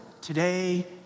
today